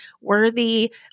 worthy